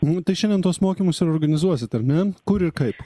nu tai šiandien tuos mokymus ir organizuosit ar ne kur ir kaip